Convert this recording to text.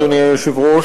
אדוני היושב-ראש,